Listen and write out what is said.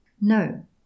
No